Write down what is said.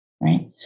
Right